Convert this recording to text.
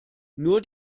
nur